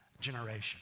generation